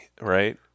right